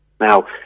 Now